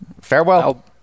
Farewell